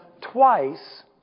twice